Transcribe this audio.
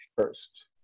first